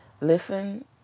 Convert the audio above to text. Listen